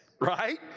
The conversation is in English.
Right